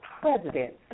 president